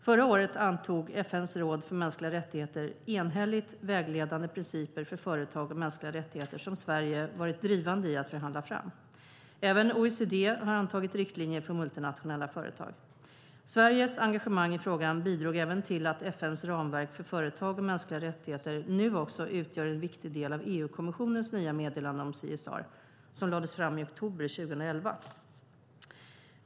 Förra året antog FN:s råd för mänskliga rättigheter enhälligt vägledande principer för företag och mänskliga rättigheter som Sverige har varit drivande i att förhandla fram. Även OECD har antagit riktlinjer för multinationella företag. Sveriges engagemang i frågan bidrog även till att FN:s ramverk för företag och mänskliga rättigheter nu också utgör en viktig del av EU-kommissionens nya meddelande om CSR som lades fram i oktober 2011.